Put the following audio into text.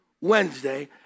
Wednesday